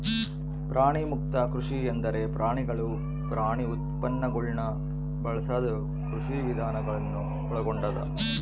ಪ್ರಾಣಿಮುಕ್ತ ಕೃಷಿ ಎಂದರೆ ಪ್ರಾಣಿಗಳು ಪ್ರಾಣಿ ಉತ್ಪನ್ನಗುಳ್ನ ಬಳಸದ ಕೃಷಿವಿಧಾನ ಗಳನ್ನು ಒಳಗೊಂಡದ